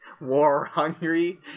war-hungry